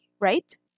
right